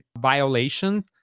violation